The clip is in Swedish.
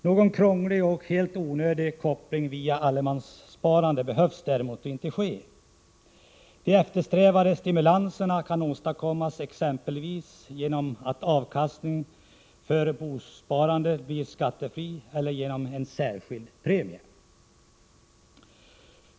Någon krånglig och helt onödig koppling via allemanssparande behöver däremot inte ske. De eftersträvade stimulanserna kan åstadkommas exempelvis genom att avkastningen vid bosparande blir skattefri eller genom en särskild premie.